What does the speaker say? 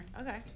Okay